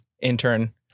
intern